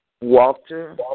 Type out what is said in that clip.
Walter